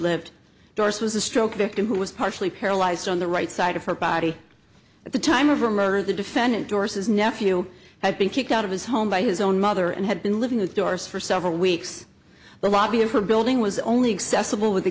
was a stroke victim who was partially paralyzed on the right side of her body at the time of her murder the defendant dorsey's nephew had been kicked out of his home by his own mother and had been living with doors for several weeks the lobby of her building was only accessible with the